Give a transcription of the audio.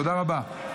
תודה רבה.